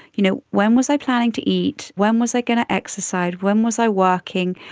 you know, when was i planning to eat, when was i going to exercise, when was i working,